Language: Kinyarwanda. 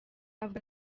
avuga